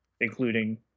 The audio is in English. including